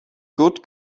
good